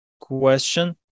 question